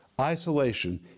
Isolation